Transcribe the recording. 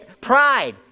Pride